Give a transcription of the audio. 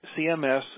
CMS